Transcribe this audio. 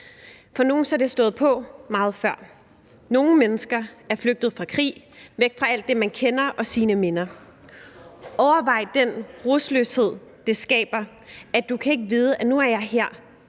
For nogle har det stået på meget før. Nogle mennesker er flygtet fra krig, væk fra alt det, man kender, og sine minder. Overvej den rodløshed, det skaber, at du har uvisheden. Nu er jeg her,